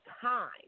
time